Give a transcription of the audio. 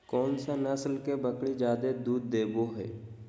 कौन सा नस्ल के बकरी जादे दूध देबो हइ?